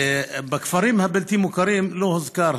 בכפרים הבלתי-מוכרים לא הוזכר.